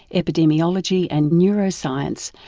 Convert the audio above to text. epidemiology and neuroscience,